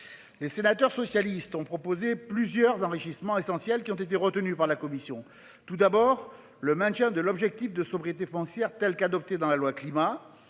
Les sénateurs socialistes ont proposé plusieurs enrichissement essentiels qui ont été retenus par la commission. Tout d'abord le maintien de l'objectif de sobriété foncière telle qu'adoptée dans la loi climat.